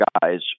guys –